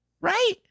right